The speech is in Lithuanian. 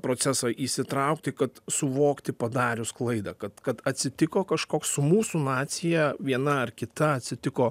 procesą įsitraukti kad suvokti padarius klaidą kad kad atsitiko kažkoks su mūsų nacija viena ar kita atsitiko